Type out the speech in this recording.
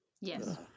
Yes